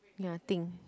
ya think